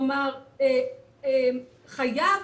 כלומר, חייו